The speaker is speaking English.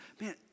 man